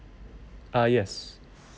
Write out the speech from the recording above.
ah yes